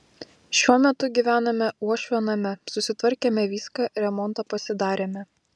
šiuo metu gyvename uošvio name susitvarkėme viską remontą pasidarėme